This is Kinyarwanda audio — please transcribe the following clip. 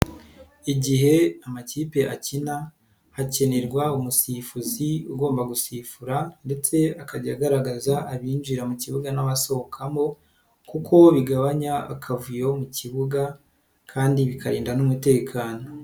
Igihe amakipe akina hakinirwa umusifuzi ugomba gusifura ndetse akajya agaragaza abinjira mu kibuga n'abasohokamo kuko bigabanya akavuyo mu kibuga kandi bikarinda n'umutekano.